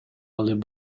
алып